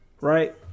right